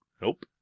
Nope